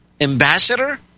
Ambassador